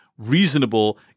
reasonable